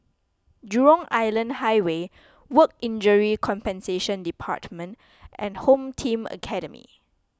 Jurong Island Highway Work Injury Compensation Department and Home Team Academy